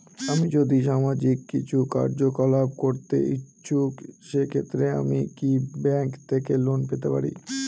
আমি যদি সামাজিক কিছু কার্যকলাপ করতে ইচ্ছুক সেক্ষেত্রে আমি কি ব্যাংক থেকে লোন পেতে পারি?